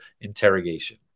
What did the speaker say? interrogation